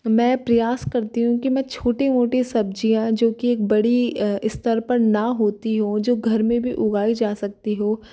मैं प्रयास करती हूँ कि मैं छोटी मोटी सब्ज़ियाँ जो कि एक बड़ी स्तर पर ना होती हो जो घर में भी उगाई जा सकती हो